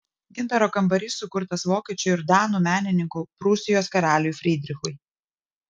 gintaro kambarys sukurtas vokiečių ir danų menininkų prūsijos karaliui frydrichui